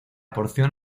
porción